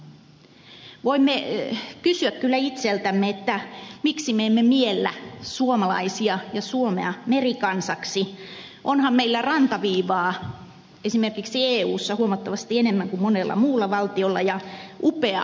voimme kysyä kyllä itseltämme miksi me emme miellä suomalaisia ja suomea merikansaksi onhan meillä rantaviivaa esimerkiksi eussa huomattavasti enemmän kuin monella muulla valtiolla ja upea upea saaristo